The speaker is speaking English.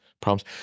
problems